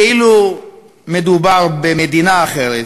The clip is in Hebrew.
כאילו מדובר במדינה אחרת,